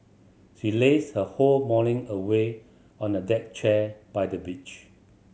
she lazed her whole morning away on a deck chair by the beach